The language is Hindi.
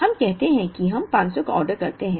हम कहते हैं कि हम 500 का ऑर्डर करते हैं